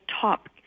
top